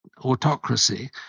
autocracy –